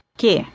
que